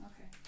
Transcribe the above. okay